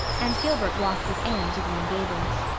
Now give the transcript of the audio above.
and gilbert walked with anne to green gables.